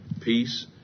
peace